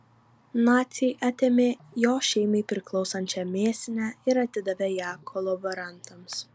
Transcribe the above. naciai atėmė jo šeimai priklausančią mėsinę ir atidavė ją kolaborantams